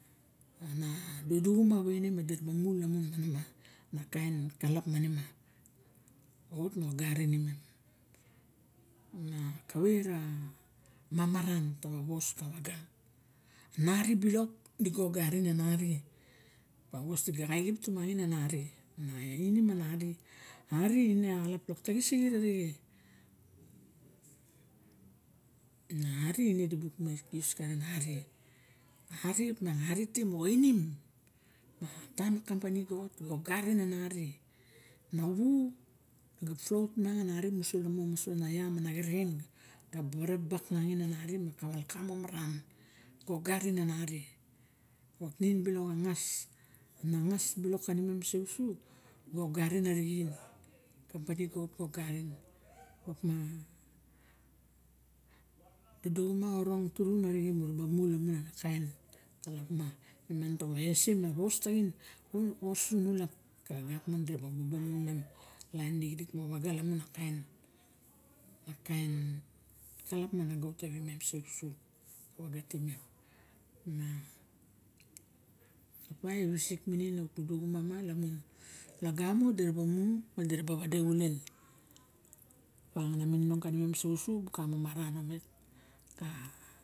Ana auduxuma vaine dira ba mu lamun ana kain xalap mani ma, ma kavae ra mamaran ta varos kavaga. Na ari bilok digo oxarin anari. ma vos diga a elep tamangin anari. Ma inim a nari, ma inim a nari. Ari ine axalap lok tagisxit arixe. Ari ine di bup make use karen ari, ari piang, ari ti moxaeinim, moxa taim a kampani ga ot, ga ogarin a ari na vu ga float miang ne ari musa lamo anagin ama ari ma kave ra welkam mo xalamo, ga ogarin ana ari ga otin bilok anangas, anangas bilok kanamem sousu ga ogarin axiren. Ari ga ot ga ogarin op ma, ga duxuma ga orong turun arixen mu ra ba mu ana kain axalap ma. Ine miang taba ese a vos taxin moxa sulap. Ka axat miang dire ba momonong. A lain lixilik mo ga vaga lamun a kain xalap ga ot tavimen so uso ka vaga timen, ma opa e visik minin auk duxuma miang lamun lagamo di ra ba mu, ma dira ba vade xule ana kain mininong, kimem so usu buka mamaran omet ka.